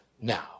now